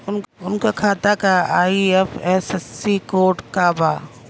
उनका खाता का आई.एफ.एस.सी कोड का बा?